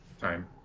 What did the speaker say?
time